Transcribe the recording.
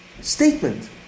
statement